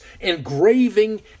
engraving